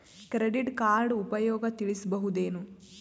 Credit card ಉಪಯೋಗ ತಿಳಸಬಹುದೇನು?